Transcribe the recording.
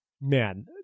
man